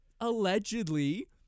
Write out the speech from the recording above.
allegedly